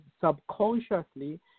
subconsciously